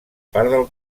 part